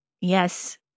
yes